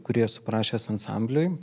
kurį esu parašęs ansambliui